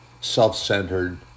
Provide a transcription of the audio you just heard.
self-centered